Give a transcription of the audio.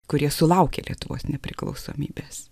kurie sulaukė lietuvos nepriklausomybės